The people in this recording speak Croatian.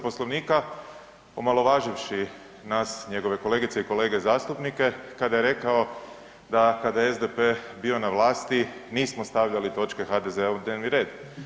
Poslovnika omalovaživši nas, njegove kolegice i kolege zastupnike kada je rekao kada je SDP bio na vlasti nismo stavljali točke HDZ-a u dnevni red.